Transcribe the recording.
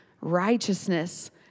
righteousness